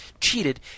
cheated